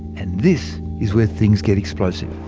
and this is where things get explosive.